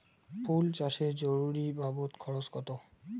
ফুল চাষে মজুরি বাবদ খরচ কত?